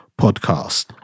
podcast